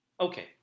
Okay